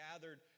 gathered